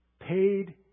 paid